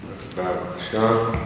הצבעה, בבקשה.